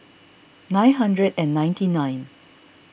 nine hundred and ninety nine